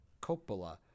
Coppola